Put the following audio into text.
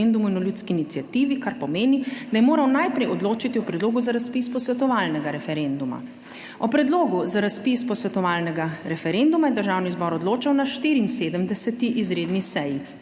in ljudski iniciativi, kar pomeni, da je moral najprej odločiti o predlogu za razpis posvetovalnega referenduma. O predlogu za razpis posvetovalnega referenduma je Državni zbor odločal na 74. izredni seji